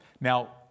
Now